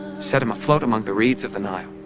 set him afloat among the reeds of the nile,